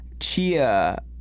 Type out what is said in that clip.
Chia